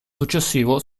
successivo